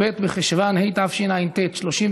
אין מתנגדים ואין